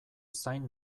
zain